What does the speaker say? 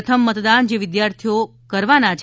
પ્રથમ મતદાન જે વિદ્યાર્થીનીઓ કરવાના છે